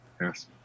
Yes